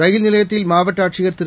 ரயில் நிலையத்தில் மாவட்ட ஆட்சியர் திரு